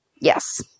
yes